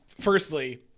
Firstly